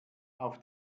auf